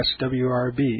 swrb